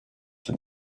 that